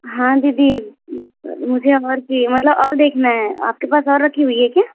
हाँ दीदी मुझे अब और चाहिए मतलब और देखना है आपके पास और रखी हुई है क्या